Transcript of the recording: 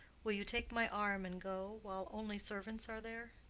will you take my arm and go, while only servants are there?